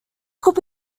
could